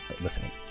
listening